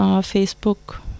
Facebook